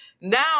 Now